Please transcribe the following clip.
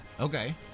Okay